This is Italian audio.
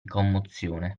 commozione